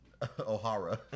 ohara